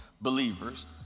believers